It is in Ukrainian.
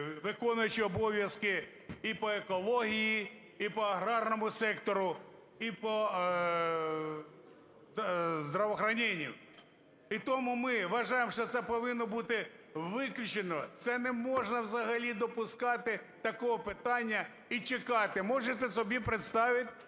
виконуючого обов'язки і по екології, і по аграрному сектору, і по здравоохранению. І тому ми вважаємо, що це повинно бути виключено. Це не можна взагалі допускати такого питання і чекати, можете собі представить,